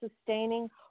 sustaining